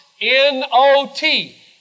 N-O-T